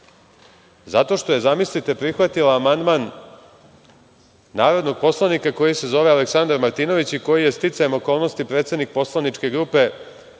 zato što je, zamislite, prihvatila amandman narodnog poslanika koji se zove Aleksandar Martinović i koji je sticajem okolnosti predsednik poslaničke grupe